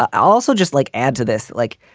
also, just like add to this. like,